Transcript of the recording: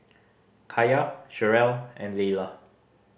Kaya Cherrelle and Laylah